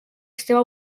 sistema